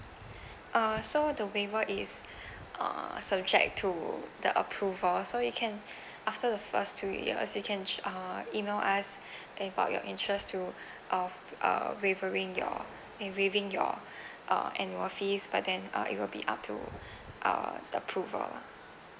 uh so the waiver is uh subject to the approval so you can after the first two years you can uh email us about your interest to uh uh wavering your waiving your uh annual fees but then uh it will be up to uh approval lah